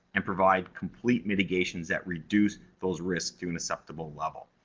and provide complete mitigations that reduce those risks to an acceptable level.